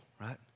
right